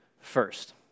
first